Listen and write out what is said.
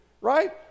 right